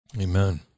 Amen